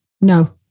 No